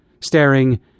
staring